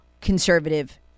conservative